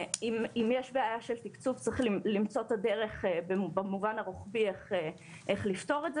אם יש בעיה של תקצוב צריך למצוא את הדרך במובן הרוחבי איך לפתור את זה